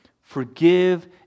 Forgive